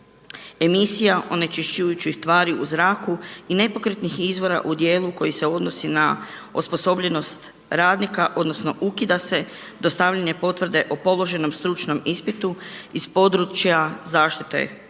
emisija onečišćujućih tvari u zraku i nepokretnih izvora u dijelu koji se odnosi na osposobljenost radnika, odnosno ukida se dostavljanje potvrde o položenom stručnom ispitu iz područja zaštite zraka